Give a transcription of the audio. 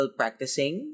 practicing